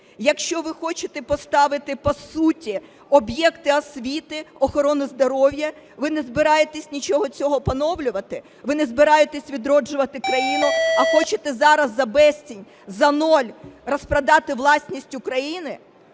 Якщо ви хочете поставити по суті об'єкти освіти, охорони здоров'я, ви не збираєтесь нічого цього поновлювати, ви не збираєтесь відроджувати країну, а хочете зараз за безцінь, за нуль розпродати власність України.